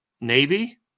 Navy